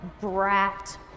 brat